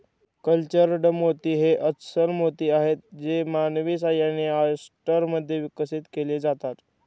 cultured मोती हे अस्स्ल मोती आहेत जे मानवी सहाय्याने, ऑयस्टर मध्ये विकसित केले जातात